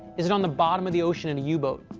is it on the bottom of the ocean in a yeah u-boat,